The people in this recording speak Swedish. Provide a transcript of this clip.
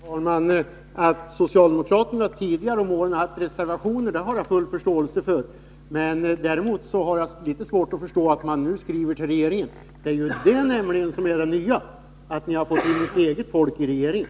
Herr talman! Att socialdemokraterna förr om åren haft reservationer på denna punkt har jag förståelse för. Däremot har jag litet svårt att förstå att man nu skriver till regeringen. Det är ju nämligen detta som är det nya — att ni har fått ”eget folk” i regeringen.